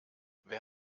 wer